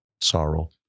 sorrow